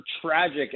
tragic